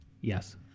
Yes